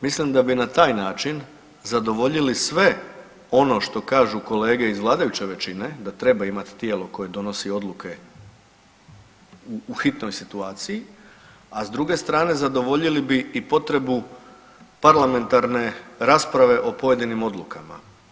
Mislim da bi na taj način zadovoljili sve ono što kažu kolege iz vladajuće većine da treba imati tijelo koje donosi odluke u hitnoj situaciji, a s druge strane, zadovoljili bi i potrebu parlamentarne rasprave o pojedinim odlukama.